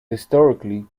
historically